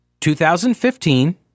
2015